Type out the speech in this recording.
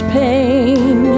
pain